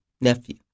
nephew